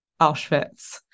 Auschwitz